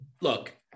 Look